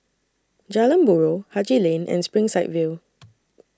Jalan Buroh Haji Lane and Springside View